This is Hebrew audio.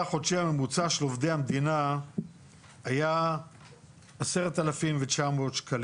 החודשי הממוצע של עובדי המדינה היה 10,900 ₪,